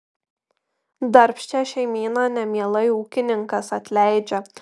darbščią šeimyną nemielai ūkininkas atleidžia